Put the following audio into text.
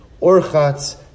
Orchats